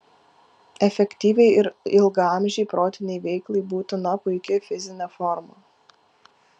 efektyviai ir ilgaamžei protinei veiklai būtina puiki fizinė forma